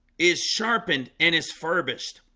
is sharpened and is furbished